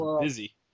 busy